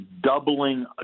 doubling